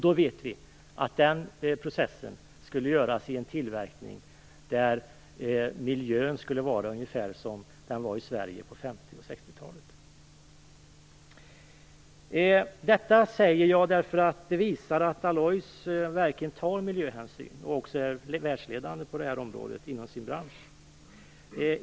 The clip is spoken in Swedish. Då vet vi att tillverkningen där sker i en miljö som är ungefär som den var i Sverige på 50 och 60-talet. Detta säger jag därför att det visar att Alloys verkligen tar miljöhänsyn och är världsledande på området inom sin bransch.